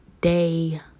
day